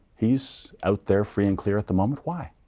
he's out there free and clear at the moment, why?